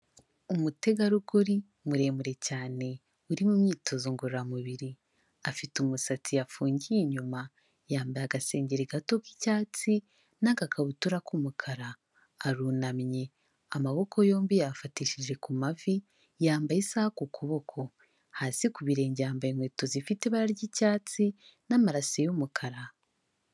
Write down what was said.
Umutegarugori muremure cyane uri mu myitozo ngororamubiri, afite umusatsi yafungiye inyuma yambaye agasengeri gato k'icyatsi n'agakabutura k'umukara arunamye amaboko yombi yayafatishije ku mavi, yambaye isaha ku kuboko, hasi ku birenge yambaye inkweto zifite ibara ry'icyatsi n'amarase y'umukara.